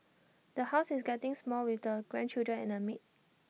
the house is getting small with the grandchildren and A maid